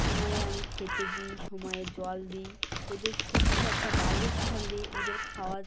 সময়ে আমি খেতে দিই সময়ে জল দিই ওদের সুস্থ একটা বাসস্থান দিই ওদের খাওয়ার